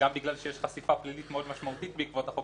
בגלל שיש חשיפה פלילית מאוד משמעותית בעקבות החוק